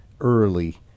early